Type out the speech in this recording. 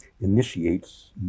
initiates